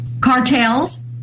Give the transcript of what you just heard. cartels